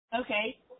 Okay